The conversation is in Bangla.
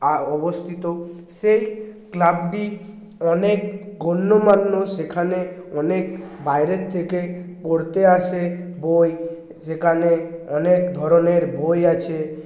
অবস্থিত সেই ক্লাবটি অনেক গণ্যমান্য সেখানে অনেক বাইরের থেকে পড়তে আসে বই সেখানে অনেক ধরনের বই আছে